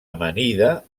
amanida